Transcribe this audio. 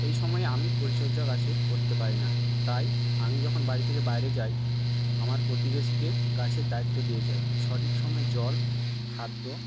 এই সময়ে আমি পরিচর্যা গাছের করতে পারি না তাই আমি যখন বাড়ি থেকে বাইরে যাই আমার প্রতিবেশীকে গাছের দায়িত্ব দিয়ে যাই সঠিক সময়ে জল খাদ্য